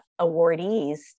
awardees